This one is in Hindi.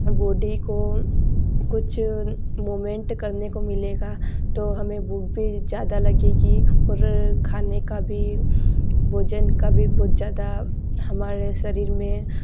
बॉडी को कुछ मूवमेंट करने को मिलेगा तो हमें भूख भी ज्यादा लगेगी और खाने का भी भोजन का भी बहुत ज्यादा हमारे शरीर में